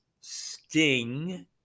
Sting